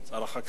שר החקלאות.